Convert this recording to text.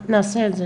נעשה את זה.